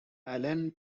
allen